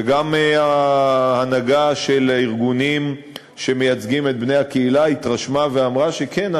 וגם ההנהגה של הארגונים שמייצגים את בני הקהילה התרשמה ואמרה שכן,